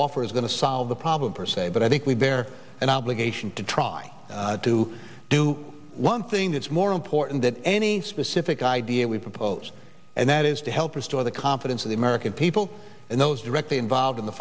offer is going to solve the problem per se but i think we bear an obligation to try to do one thing that's more important that any specific idea we've proposed and that is to help restore the confidence of the american people and those directly involved in the